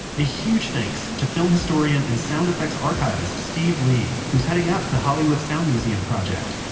ah huge thanks to film historian and sound effects archivist steve lee who is heading up the hollywood sound museum project.